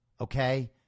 okay